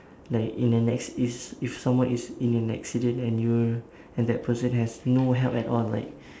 like in an acc~ is if someone is in an accident and you're and that person has no help at all like